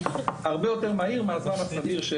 הרבה יותר מהר מהזמן הסביר.